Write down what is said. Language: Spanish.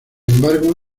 embargo